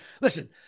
Listen